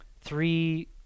three